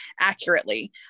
accurately